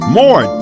more